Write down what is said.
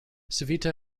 civita